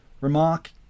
Remark